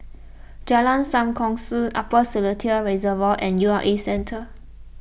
Jalan Sam Kongsi Upper Seletar Reservoir and U R A Centre